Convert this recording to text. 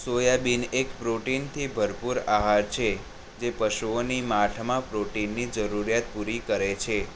soybean એક પ્રોટીનથી ભરપૂર આહાર છે જે પશુઓની માઠમાં પ્રોટીનની જરૂરિયાત પૂરી કરે છે